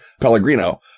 Pellegrino